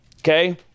Okay